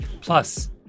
Plus